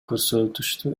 көрсөтүштү